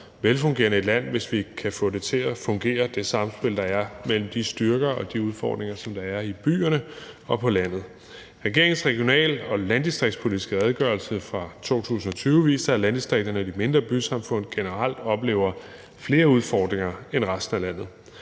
velfungerende et land, altså hvis vi kan få det samspil, der er, mellem de styrker og de udfordringer, der er i byerne og på landet, til at fungere. Regeringens regional- og landdistriktspolitiske redegørelse fra 2020 viser, at landdistrikterne og de mindre bysamfund generelt oplever flere udfordringer end resten af landet.